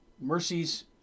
Mercies